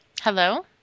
hello